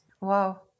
Wow